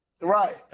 Right